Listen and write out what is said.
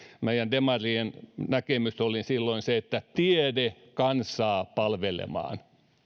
meidän demarien näkemys oli silloin se että tiede kansaa palvelemaan